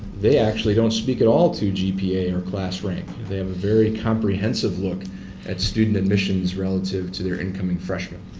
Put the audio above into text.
they actually don't speak at all to gpa or class rank. they have a very comprehensive look at student admissions relative to their incoming freshman.